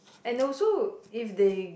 and also if they